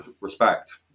respect